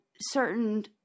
certain